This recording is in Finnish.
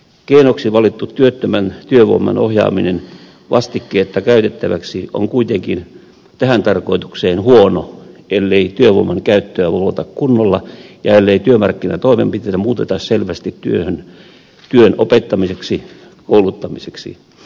keinoksi valittu työttömän työvoiman ohjaaminen vastikkeetta käytettäväksi on kuitenkin tähän tarkoitukseen huono ellei työvoiman käyttöä valvota kunnolla ja ellei työmarkkinatoimenpiteitä muuteta selvästi työn opettamiseksi kouluttamiseksi